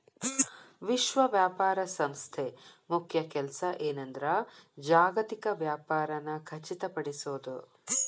ವಿಶ್ವ ವ್ಯಾಪಾರ ಸಂಸ್ಥೆ ಮುಖ್ಯ ಕೆಲ್ಸ ಏನಂದ್ರ ಜಾಗತಿಕ ವ್ಯಾಪಾರನ ಖಚಿತಪಡಿಸೋದ್